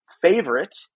favorite